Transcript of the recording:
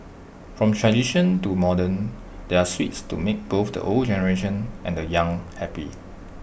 from tradition to modern there are sweets to make both the old generation and the young happy